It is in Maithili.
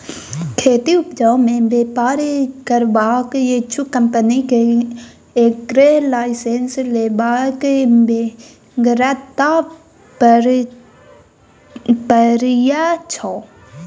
खेतीक उपजा मे बेपार करबाक इच्छुक कंपनी केँ एग्री लाइसेंस लेबाक बेगरता परय छै